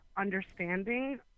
Understanding